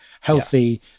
healthy